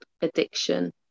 addiction